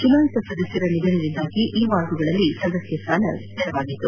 ಚುನಾಯಿತ ಸದಸ್ಯರ ನಿಧನದಿಂದಾಗಿ ಈ ವಾರ್ಡ್ಗಳಲ್ಲಿ ಸದಸ್ಯ ಸ್ಥಾನ ತೆರವಾಗಿತ್ತು